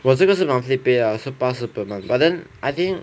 我这个是 monthly pay lah so pass 是 per month but then I think